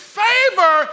favor